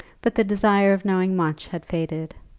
but the desire of knowing much had faded.